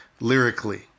lyrically